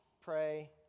pray